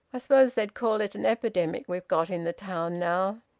i suppose they'd call it an epidemic we've got in the town now.